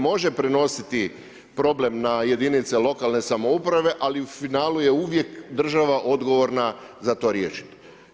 Može prenositi problem na jedinice lokalne samouprave, ali u finalu je uvijek država odgovorna za to riješit.